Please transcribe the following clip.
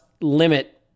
limit